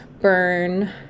Burn